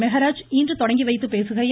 மெஹராஜ் இன்று தொடங்கி வைத்துப் பேசுகையில்